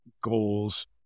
goals